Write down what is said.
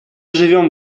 живем